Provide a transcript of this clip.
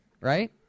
right